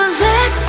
let